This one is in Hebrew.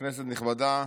כנסת נכבדה,